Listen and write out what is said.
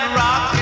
rock